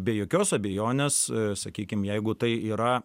be jokios abejonės sakykim jeigu tai yra